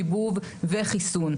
שיבוב וחיסון.